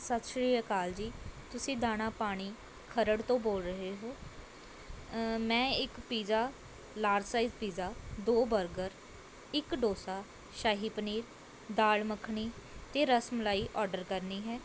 ਸਤਿ ਸ਼੍ਰੀ ਅਕਾਲ ਜੀ ਤੁਸੀਂ ਦਾਣਾ ਪਾਣੀ ਖਰੜ ਤੋਂ ਬੋਲ ਰਹੇ ਹੋ ਮੈਂ ਇੱਕ ਪੀਜ਼ਾ ਲਾਰਜ ਸਾਈਜ਼ ਪੀਜ਼ਾ ਦੋ ਬਰਗਰ ਇੱਕ ਡੋਸਾ ਸ਼ਾਹੀ ਪਨੀਰ ਦਾਲ਼ ਮੱਖਣੀ ਅਤੇ ਰਸ ਮਲਾਈ ਔਡਰ ਕਰਨੀ ਹੈ